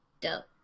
Dope